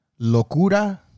locura